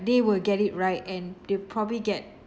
they will get it right and they'll probably get